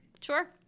Sure